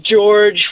george